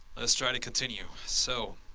let's try to continue. so